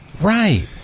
Right